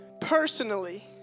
personally